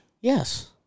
Yes